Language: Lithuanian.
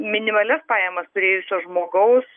minimalias pajamas turėjusio žmogaus